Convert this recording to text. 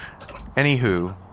Anywho